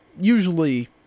usually